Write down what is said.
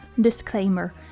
Disclaimer